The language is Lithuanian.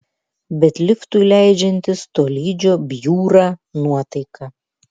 bet liftui leidžiantis tolydžio bjūra nuotaika